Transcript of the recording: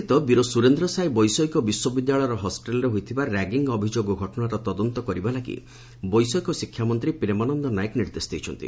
ସ୍ଥିତ ବୀରସ୍ବରେନ୍ଦ ସାଏ ବୈଷୟିକ ବିଶ୍ୱବିଦ୍ୟାଳୟର ହଷ୍ଟେଲ୍ରେ ହୋଇଥିବା ର୍ୟାଗିଙ୍ଗ୍ ଅଭିଯୋଗ ଘଟଶାର ତଦନ୍ତ କରିବା ଲାଗି ବୈଷୟିକ ଶିକ୍ଷା ମନ୍ତୀ ପ୍ରେମାନନ ନାୟକ ନିର୍ଦ୍ଦେଶ ଦେଇଛନ୍ତି